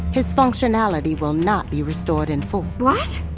his functionality will not be restored in full what?